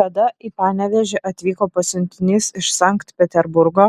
tada į panevėžį atvyko pasiuntinys iš sankt peterburgo